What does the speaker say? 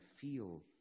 feel